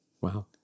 Wow